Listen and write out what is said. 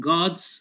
God's